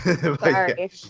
sorry